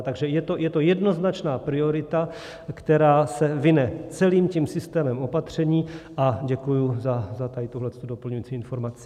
Takže je to jednoznačná priorita, která se vine celým tím systémem opatření, a děkuji za tuhle doplňující informaci.